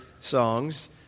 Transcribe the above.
songs